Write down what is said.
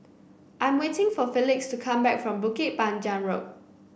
I am waiting for Felix to come back from Bukit Panjang Road